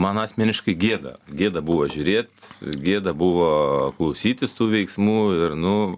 man asmeniškai gėda gėda buvo žiūrėti gėda buvo klausytis tų veiksmų ir nu